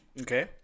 Okay